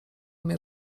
umie